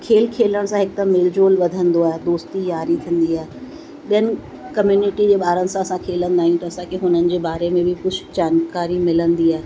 त खेल खेलण सां हिकु त मेल जोल वधंदो आहे दोस्ती यारी थींदी आहे ॿियनि कम्युनिटी जे ॿारनि सां असां खेलंदा आहियूं त असांखे हुननि जे बारे में बि कुझु जानकारी मिलंदी आहे